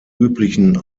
üblichen